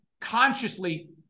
consciously